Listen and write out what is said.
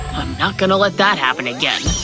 not gonna let that happen again.